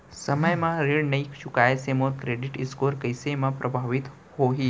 समय म ऋण नई चुकोय से मोर क्रेडिट स्कोर कइसे म प्रभावित होही?